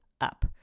up